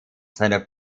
seiner